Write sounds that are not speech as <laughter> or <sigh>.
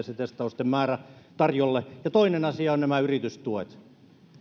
<unintelligible> se testausten määrä tarjolle toinen asia ovat nämä yritystuet